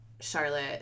Charlotte